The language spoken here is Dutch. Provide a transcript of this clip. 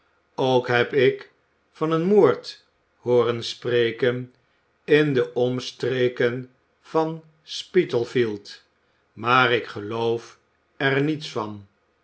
ook heb ik van een moord hooren spreken in de omstreken van spitalf ield maar ik geloof er niets van